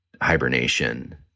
hibernation